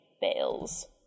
bales